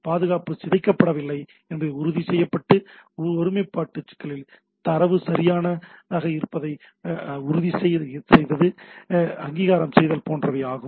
packet சிதைக்கப்படவில்லை என்பதை உறுதிசெய்வது ஒருமைப்பாடு சிக்கல் தரவு சரியான மூலமாக இருப்பதை உறுதி செய்தல் அங்கீகாரம் செய்தல் போன்றவை ஆகும்